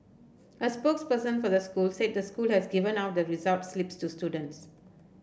a spokesperson for the school said the school has given out the results slips to students